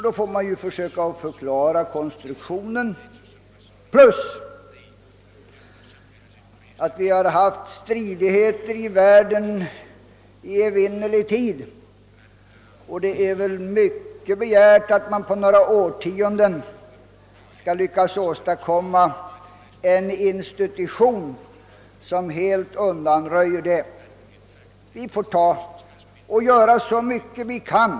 Då får man försöka förklara organisatio nens konstruktion och påpeka att vi har haft stridigheter i världen i evinnerlig tid och att det då vore litet för mycket begärt att vi på några årtionden skulle lyckas åstadkomma en institution, som helt undanröjer sådana stridigheter. Vi får dock göra så mycket vi kan.